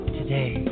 today